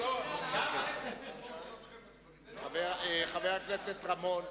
חבר הכנסת רמון,